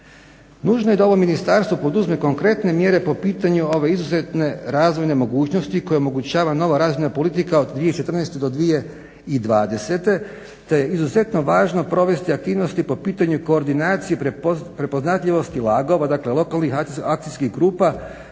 Nužno je da ovo Ministarstvo poduzme konkretne mjere po pitanju ove izuzetne razvojne mogućnosti koje omogućava nova razina politike od 2014. do 2020. te je izuzetno važno provesti aktivnosti po pitanju koordinacije prepoznatljivosti LAG-ova, dakle lokalnih akcijskih grupa